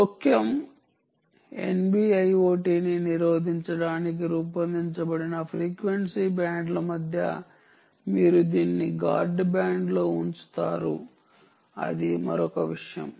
జోక్యం NB IoT ని నిరోధించడానికి రూపొందించబడిన ఫ్రీక్వెన్సీ బ్యాండ్ల మధ్య మీరు దీన్ని గార్డ్ బ్యాండ్లో ఉంచవచ్చు అది మరొక విషయం